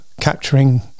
capturing